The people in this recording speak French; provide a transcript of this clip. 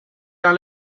dans